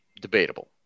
Debatable